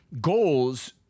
goals